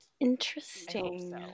Interesting